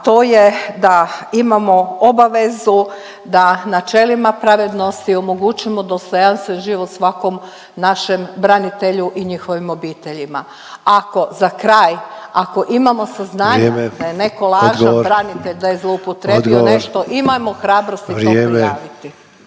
a to je da imamo obavezu, da na načelima pravednosti omogućimo dostojanstven život svakom našem branitelju i njihovim obiteljima. Ako za kraj, ako imamo saznanja da je netko … …/Upadica Sanader: Vrijeme. Odgovor./… … lažan branitelj, da je zloupotrijebio nešto imajmo hrabrosti to prijaviti.